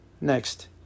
Next